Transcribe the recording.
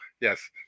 yes